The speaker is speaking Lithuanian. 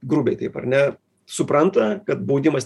grubiai taip ar ne supranta kad baudimas